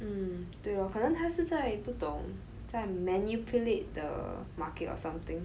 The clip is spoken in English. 嗯对 lor 可能他是在不懂在 manipulate the market or something